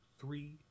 three